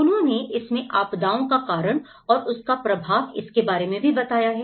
उन्होंने इसमें आपदाओं का कारण और उसका प्रभाव इसके बारे में भी बताया है